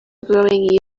growing